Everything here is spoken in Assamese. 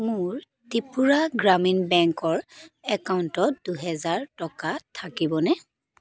মোৰ ত্ৰিপুৰা গ্ৰামীণ বেংকৰ একাউণ্টত দুহেজাৰ টকা থাকিবনে